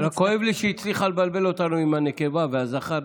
כואב לי שהיא הצליחה לבלבל אותנו עם הנקבה והזכר,